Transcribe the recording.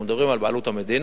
אנחנו מדברים על בעלות המדינה,